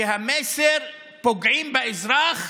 שהמסר הוא: פוגעים באזרח